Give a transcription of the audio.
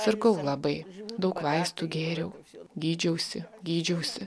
sirgau labai daug vaistų gėriau gydžiausi gydžiausi